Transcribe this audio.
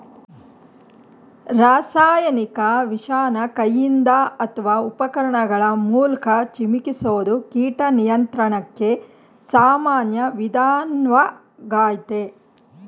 ರಾಸಾಯನಿಕ ವಿಷನ ಕೈಯಿಂದ ಅತ್ವ ಉಪಕರಣಗಳ ಮೂಲ್ಕ ಚಿಮುಕಿಸೋದು ಕೀಟ ನಿಯಂತ್ರಣಕ್ಕೆ ಸಾಮಾನ್ಯ ವಿಧಾನ್ವಾಗಯ್ತೆ